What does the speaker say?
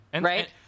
right